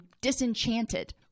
disenchanted